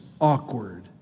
awkward